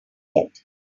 yet